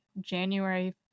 January